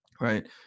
right